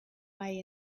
way